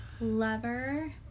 lover